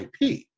IP